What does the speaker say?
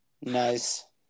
Nice